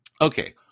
Okay